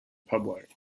public